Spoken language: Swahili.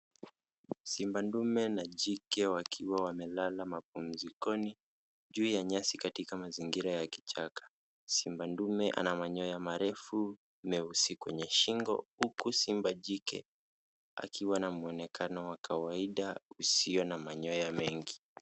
Simba ndume na jike wakiwa wamelala mapumzikoni juu ya nyasi katika mazingira ya kisasa. Simba ndume ana manyoya marefu meusi kwenye shingo huku simba jike akiwa na mwonekana wa kawaida usio na manyoya mengi.